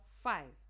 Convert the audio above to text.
five